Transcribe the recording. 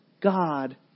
God